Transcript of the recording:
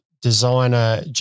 designer